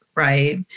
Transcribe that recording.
right